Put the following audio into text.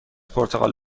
پرتغال